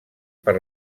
per